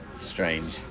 strange